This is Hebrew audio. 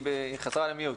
היא חזרה ל-mute.